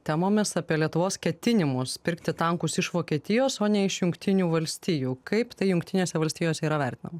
temomis apie lietuvos ketinimus pirkti tankus iš vokietijos o ne iš jungtinių valstijų kaip tai jungtinėse valstijose yra vertinama